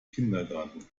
kindergarten